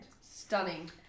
Stunning